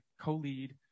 co-lead